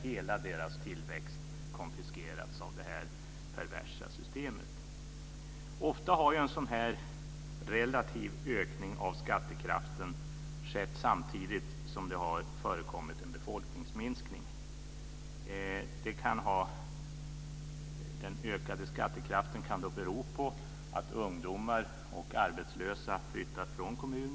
Hela deras tillväxt har konfiskerats av det här perversa systemet. Ofta har en sådan här relativ ökning av skattekraften skett samtidigt som det har förekommit en befolkningsminskning. Den ökade skattekraften kan bero på att ungdomar och arbetslösa flyttat från kommunen.